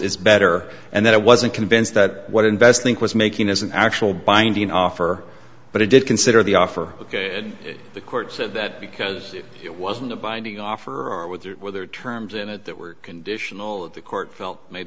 is better and that i wasn't convinced that what invest think was making as an actual binding offer but it did consider the offer ok and the court said that because it wasn't a binding offer or with their terms in it that were conditional of the court felt made